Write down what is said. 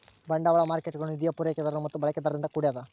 ಬಂಡವಾಳ ಮಾರ್ಕೇಟ್ಗುಳು ನಿಧಿಯ ಪೂರೈಕೆದಾರರು ಮತ್ತು ಬಳಕೆದಾರರಿಂದ ಕೂಡ್ಯದ